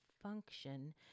function